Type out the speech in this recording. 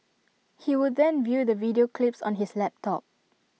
he would then view the video clips on his laptop